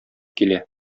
килә